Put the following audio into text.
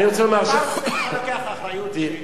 אתה לוקח אחריות בשביל נערה?